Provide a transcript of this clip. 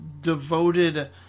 devoted